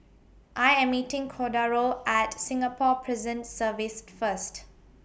I Am meeting Cordaro At Singapore Prison Service First